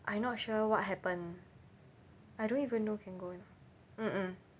I not sure what happened I don't even know can go or not mmhmm